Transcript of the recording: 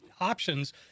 options